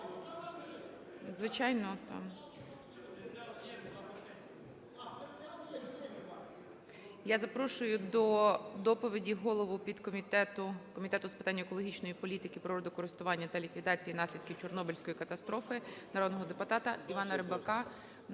Я запрошую до доповіді голову підкомітету Комітету з питань екологічної політики, природокористування та ліквідації наслідків Чорнобильської катастрофи народного депутата Івана Рибака.